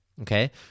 Okay